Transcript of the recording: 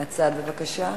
מהצד בבקשה.